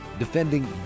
defending